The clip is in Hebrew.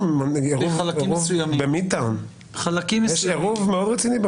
לשים אותו על סדר היום ואת זה אני אומר מניסיון העבר שלי.